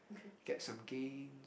get some game